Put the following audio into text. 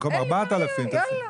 במקום 4000 --- אין לי בעיה, יאללה.